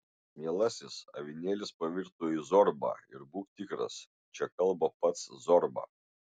mielasis avinėlis pavirto į zorbą ir būk tikras čia kalba pats zorba